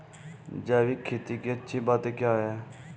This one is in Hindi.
जैविक खेती की अच्छी बातें क्या हैं?